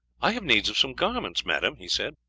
i have need of some garments, madame, he said.